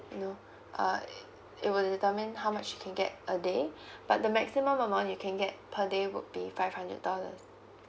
you know uh it will determine how much you can get a day but the maximum amount you can get per day would be five hundred dollars